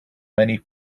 many